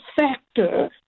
factor